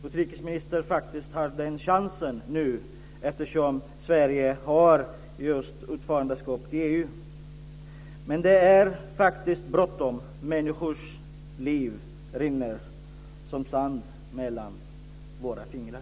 Utrikesministern har faktiskt den chansen nu, eftersom Sverige är ordförandeland i EU. Men det är faktiskt bråttom. Människors liv rinner som sand mellan våra fingrar.